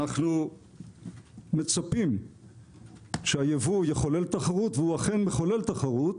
אנחנו מצפים שהייבוא יחולל תחרות והוא אכן מחולל תחרות.